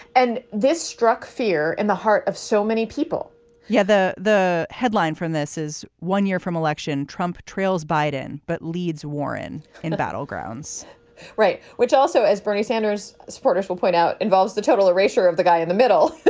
and this struck fear in the heart of so many people yeah, the the headline from this is one year from election. trump trails biden but leads warren in the battlegrounds right. which also, as bernie sanders supporters will point out, involves the total ratio of the guy in the middle.